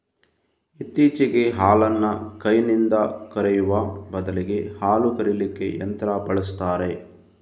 ಇತ್ತೀಚೆಗೆ ಹಾಲನ್ನ ಕೈನಿಂದ ಕರೆಯುವ ಬದಲಿಗೆ ಹಾಲು ಕರೀಲಿಕ್ಕೆ ಯಂತ್ರ ಬಳಸ್ತಾರೆ